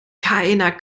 keiner